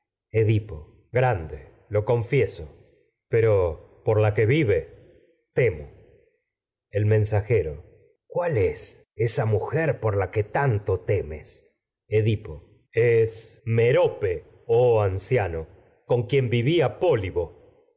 edipo grande lo confieso pero por la que vive temo el mensajero cuál es esa mujer por la que tanto temes edipo pólibo es merope oh anciano con quien vivía el